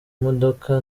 modoka